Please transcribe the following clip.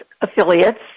affiliates